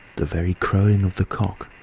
the very crowing of the cock,